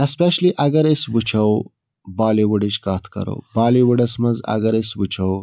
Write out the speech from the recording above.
especially اگر أسۍ وُچھو بالی وُڈٕچ کتھ کَرو بالی وُڈس منٛز اگر أسۍ وُچھو